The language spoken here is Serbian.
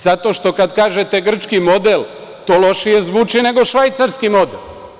Zato što kada kažete – grčki model, to lošije zvuči nego švajcarski model.